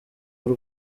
w’u